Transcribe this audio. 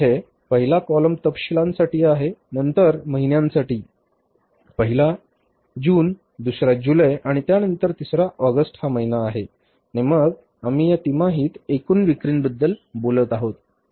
येथे पहिला कॉलम तपशिलांसाठी आहे नंतर महिन्यांसाठी पहिला महिना जून आहे तर दुसरा जुलै आहे आणि त्यानंतर तिसरा ऑगस्ट आहे हा ऑगस्ट महिना आहे आणि मग आम्ही या तिमाहीत एकूण विक्रीबद्दल बोलत आहोत